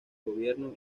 gobierno